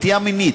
נטייה מינית,